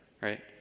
Right